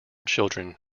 children